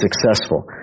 successful